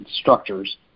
structures